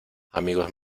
amigos